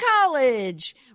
college